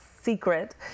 secret